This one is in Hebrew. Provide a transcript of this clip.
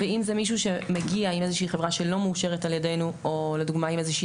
אם זה מישהו שמגיע מאיזו שהיא חברה שלא מאושרת על-ידינו או מאיזו שהיא